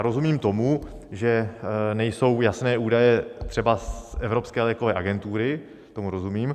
Rozumím tomu, že nejsou jasné údaje třeba z Evropské lékové agentury, tomu rozumím.